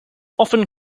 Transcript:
often